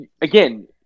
again